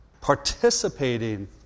Participating